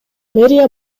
мэрия